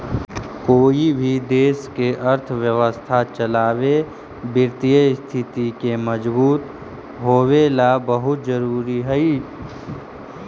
कोई भी देश के अर्थव्यवस्था चलावे वित्तीय स्थिति के मजबूत होवेला बहुत जरूरी हइ